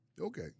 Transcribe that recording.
Okay